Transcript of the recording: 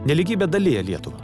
nelygybė dalija lietuvą